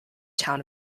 town